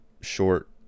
short